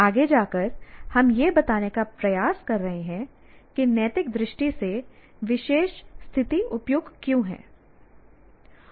आगे जाकर हम यह बताने का प्रयास कर रहे हैं कि नैतिक दृष्टि से विशेष स्थिति उपयुक्त क्यों है